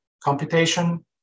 computation